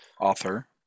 Author